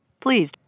Please